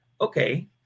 okay